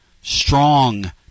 strong